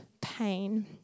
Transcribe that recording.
pain